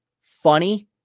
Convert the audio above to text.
funny